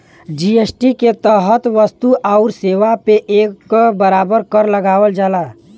GST के तहत वस्तु आउर सेवा पे एक बराबर कर लगावल जाला